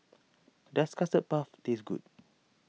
does Custard Puff taste good